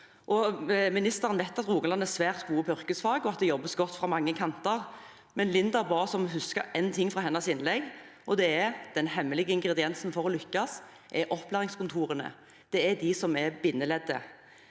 Ministeren vet at man i Rogaland er svært god på yrkesfag, og at det jobbes godt fra mange kanter. Linda ba oss om å huske én ting fra hennes innlegg: Den hemmelige ingrediensen for å lykkes er opplæringskontorene, det er de som er bindeleddet.